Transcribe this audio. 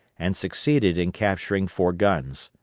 and succeeded in capturing four guns.